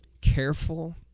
careful